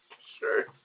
Sure